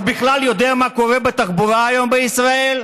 הוא בכלל יודע מה קורה בתחבורה היום בישראל?